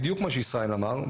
בדיוק כמו שישראל אמר,